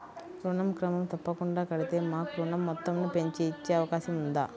ఋణం క్రమం తప్పకుండా కడితే మాకు ఋణం మొత్తంను పెంచి ఇచ్చే అవకాశం ఉందా?